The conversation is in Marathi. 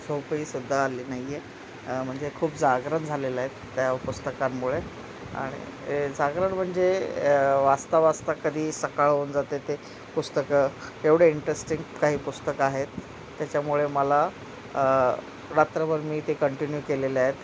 झोपहीसुद्धा आली नाही आहे म्हणजे खूप जागरण झालेलं आहे त्या पुस्तकांमुळे आणि जागरण म्हणजे वाचता वाचता कधी सकाळ होऊन जाते ते पुस्तक एवढे इंटरेस्टिंग काही पुस्तकं आहेत त्याच्यामुळे मला रात्रभर मी ते कंटिन्यू केलेलं आहे